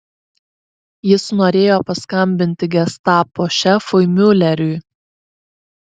jis norėjo paskambinti gestapo šefui miuleriui